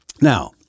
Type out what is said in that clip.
Now